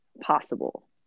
possible